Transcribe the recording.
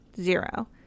Zero